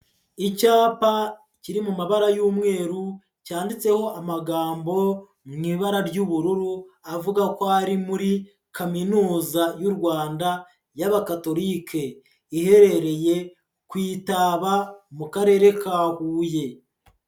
Icyapa kiri mu mabara y'umweru, cyanditseho amagambo mu ibara ry'ubururu, avuga ko ari muri Kaminuza y'u Rwanda y'abakatolike, iherereye ku i Taba mu karere ka Huye.